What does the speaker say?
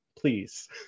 please